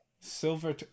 Silver